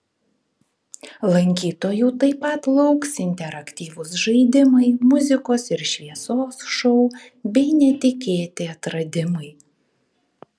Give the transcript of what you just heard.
lankytojų taip pat lauks interaktyvūs žaidimai muzikos ir šviesos šou bei netikėti atradimai